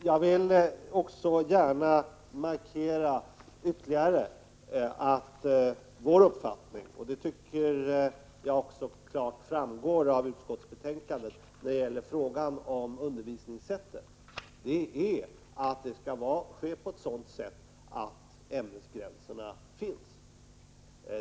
Jag vill också gärna markera att vår uppfattning — och den tycker jag klart framgår av betänkandet — är att undervisningen skall bedrivas på ett sådant sätt att ämnesgränserna finns kvar.